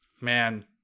Man